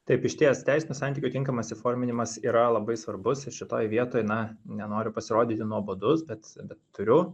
taip išties teisinių santykių tinkamas įforminimas yra labai svarbus ir šitoj vietoj na nenoriu pasirodyti nuobodus bet bet turiu